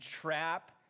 trap